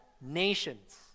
nations